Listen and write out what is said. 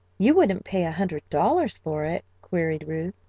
you wouldn't pay a hundred dollars for it? queried ruth.